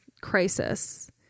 crisis